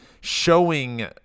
showing